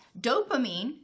dopamine